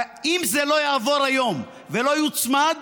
אם זה לא יעבור היום ולא יוצמד,